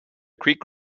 creek